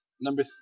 Number